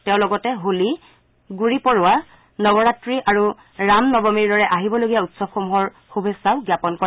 তেওঁ লগতে হোলি গুড়ি পড়ৱা নৱৰাত্ৰি আৰু ৰাম নৱমী দৰে আহিবলগীয়া উৎসৱসমূহৰ শুভেচ্ছা জ্ঞাপন কৰে